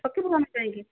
ଠକିବୁ ଆମେ କାହିଁକି